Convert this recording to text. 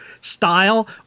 style